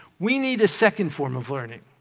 we need a second form of learning,